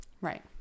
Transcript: Right